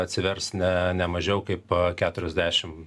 atsivers ne ne mažiau kaip keturiasdešim